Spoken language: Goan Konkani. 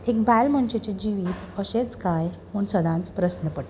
एक बायल मनशेचें जिवीत अशेंच काय म्हूण सदांच प्रस्न पडटा